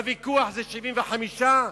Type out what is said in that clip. והוויכוח הוא אם זה 75,